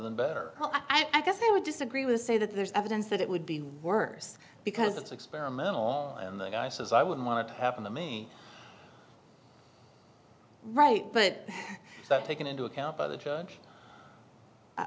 than better i guess they would disagree with say that there's evidence that it would be worse because it's experimental and the guy says i wouldn't want it to happen to me right but that taken into account by the judge i